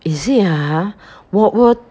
is it ha 我我